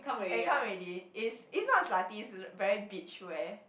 eh come already it's it's not slutty it's very beach wear